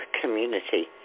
community